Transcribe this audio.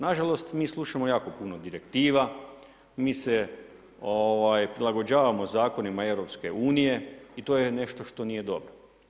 Nažalost, mi slušamo jako puno direktiva, mi se prilagođavamo zakonima EU-a i to je nešto što nije dobro.